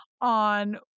on